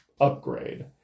upgrade